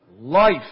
Life